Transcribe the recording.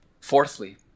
Fourthly